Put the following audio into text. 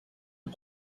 est